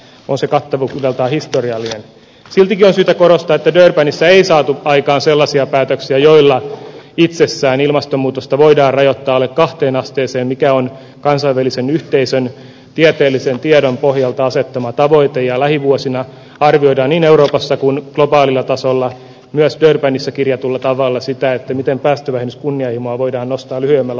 osa kattotukija tai historiallisen klubin on syytä korostaa peter panissa ei saatu aikaan sellaisia päätöksiä joilla itsessään ilmastonmuutosta voidaan rajoittaa alle kahteen asteeseen mikä on kansainvälisen yhteisön tieteellisen tiedon pohjalta asettama tavoite jää lähivuosina arvioida niin euroopassa kuin välillä tasolla myös durbanissa kirjatulla tavalla sitä että miten päästövähennyskunnianhimoa voidaan nostaa lyhyemmällä